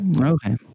Okay